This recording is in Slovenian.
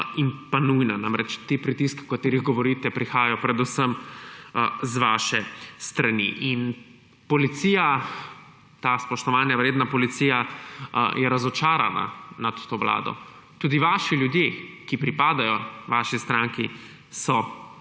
in nujna. Ti pritiski, o katerih vi govorite, prihajajo predvsem z vaše strani. In policija, ta spoštovanja vredna policija je razočarana nad to vlado. Tudi vaši ljudje, ki pripadajo vaši stranki, so